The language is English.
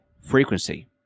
frequency